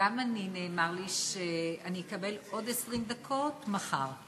גם לי נאמר לי שאקבל עוד 20 דקות מחר.